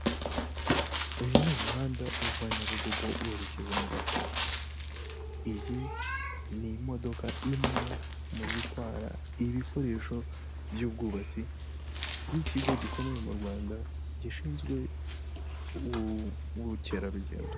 Uyu ni umuhanda uva Nyabugogo werekeza mu Gatsata, iyi n'imodoka imwe mu zitwara ibikoresho by'ubwubatsi y'ikigo gikomeye mu Rwanda gishinzwe ubukerarugendo.